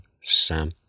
Sam